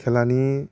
खेलानि